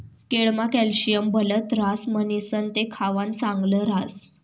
केळमा कॅल्शियम भलत ह्रास म्हणीसण ते खावानं चांगल ह्रास